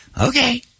Okay